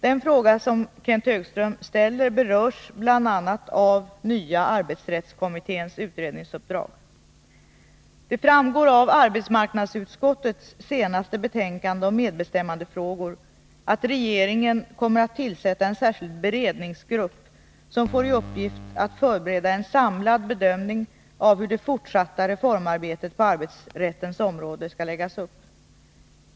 Den fråga som Kenth Högström ställer berörs bl.a. av nya arbetsrättskommitténs utredningsuppdrag. Det framgår av arbetsmarknadsutskottets senaste betänkande om medbestämmandefrågor att regeringen kommer att tillsätta en särskild beredningsgrupp, som får till uppgift att förbereda en samlad bedömning av hur det fortsatta reformarbetet på arbetsrättens område skall läggas upp.